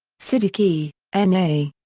siddiquee, n a.